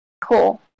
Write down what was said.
Cool